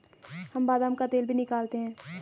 हम बादाम का तेल भी निकालते हैं